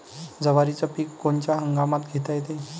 जवारीचं पीक कोनच्या हंगामात घेता येते?